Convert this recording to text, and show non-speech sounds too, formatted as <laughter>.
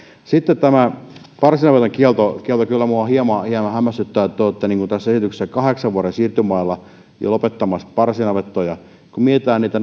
tämä parsinavetan kielto kyllä minua hieman hämmästyttää se että te olette tässä esityksessä kahdeksan vuoden siirtymäajalla lopettamassa parsinavettoja kun mietitään niitä <unintelligible>